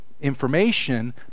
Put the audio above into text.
information